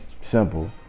Simple